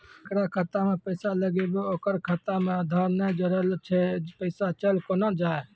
जेकरा खाता मैं पैसा लगेबे ओकर खाता मे आधार ने जोड़लऽ छै पैसा चल कोना जाए?